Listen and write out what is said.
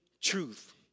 truth